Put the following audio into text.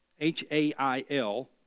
H-A-I-L